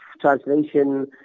translation